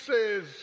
says